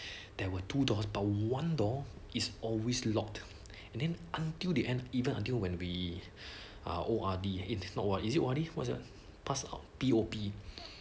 there were two doors but one door is always locked and then until the end even until when we are O_R_D it's not what is it what it what's your pass out P_O_P